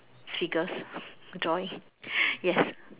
figures drawing yes